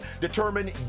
determine